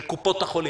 של קופות החולים.